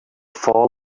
fall